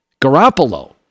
Garoppolo